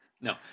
No